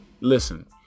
listen